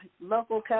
local